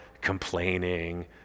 complaining